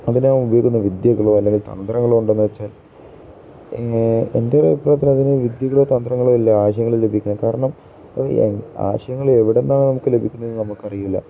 അതിന് ഉപയോഗിക്കുന്ന വിദ്യകളോ അല്ലെങ്കിൽ തന്ത്രങ്ങളോ ഉണ്ടോന്ന് ചോദിച്ചാല് എൻ്റെ ഒരു അഭിപ്രായത്തില് അതിന് വിദ്യകളോ തന്ത്രങ്ങളോ ഇല്ല ആശയങ്ങള് ലഭിക്കാന് കാരണം ആശയങ്ങള് എവിടെനിന്നാണ് നമുക്ക് ലഭിക്കുന്നതെന്ന് നമുക്കറിയില്ല